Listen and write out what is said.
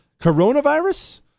coronavirus